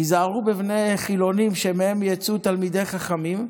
היזהרו בבני חילונים שמהם יצאו תלמידי חכמים.